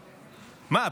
מה,